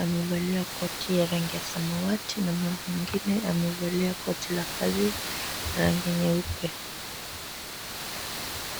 amevalia koti ya rangi ya samawati na mwingine amevalia koti ya kazi rangi nyeupe.